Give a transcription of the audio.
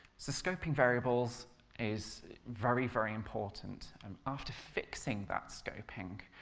so scoping variables is very very important, and after fixing that scoping,